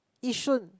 Yishun